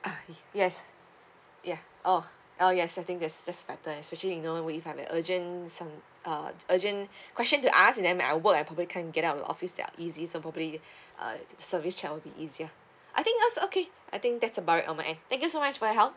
ah y~ yes ya oh oh yes I think that's that's better especially you know if I have urgent some uh urgent question to ask and then I'm at work I probably can't get out the office that'll easy some probably uh service check will be easier I think else okay I think that's about it on my end thank you so much for your help